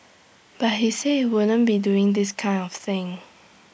but he said he wouldn't be doing this kind of thing